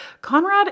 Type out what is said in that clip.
Conrad